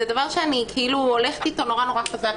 זה דבר שאני הולכת איתו נורא, נורא חזק.